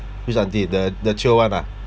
which aunty the the chill [one] ah